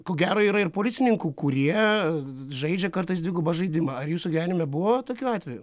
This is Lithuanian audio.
ko gero yra ir policininkų kurie žaidžia kartais dvigubą žaidimą ar jūsų gyvenime buvo tokių atvejų